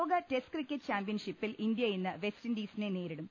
ലോക test cricket ചാമ്പ്യൻഷിപ്പിൽ India ഇന്ന് വെസ്റ്റ് ഇൻഡീസിനെ നേരിടും